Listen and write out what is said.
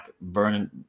burning